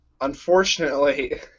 unfortunately